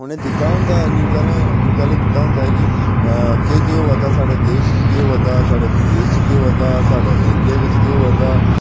उ'नें दित्ता दा होंदा न्यूज आह्लें न्यूज आह्लें दित्ता दा होंदा की केह् केह् होआ दा साढ़े देश च केह् होआ दा साढ़े विदेश च केह् होआ दा साढ़े एरिये बेच केह् होआ दा